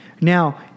Now